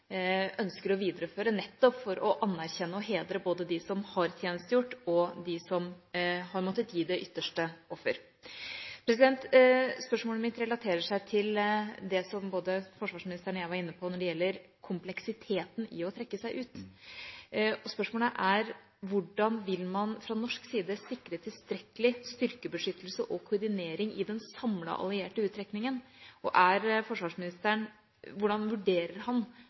ønsker å videreføre, nettopp for å anerkjenne og hedre både dem som har tjenestegjort, og dem som har måttet gi det ytterste offer. Spørsmålet mitt relaterer seg til det som både forsvarsministeren og jeg var inne på når det gjelder kompleksiteten i å trekke seg ut. Spørsmålet er: Hvordan vil man fra norsk side sikre tilstrekkelig styrkebeskyttelse og koordinering i den samlede allierte uttrekningen? Hvordan vurderer forsvarsministeren